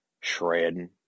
shredding